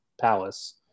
palace